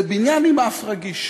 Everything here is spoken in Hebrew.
זה בניין עם אף רגיש.